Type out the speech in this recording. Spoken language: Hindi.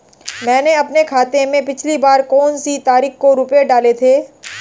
मैंने अपने खाते में पिछली बार कौनसी तारीख को रुपये डाले थे?